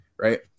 Right